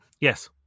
Yes